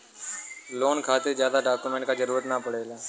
loan खातिर जादा document क जरुरत न पड़ेला